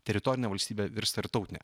teritorinė valstybė virs tarptautine